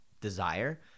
desire